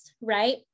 right